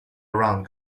around